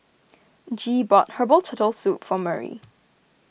Gee bought Herbal Turtle Soup for Murry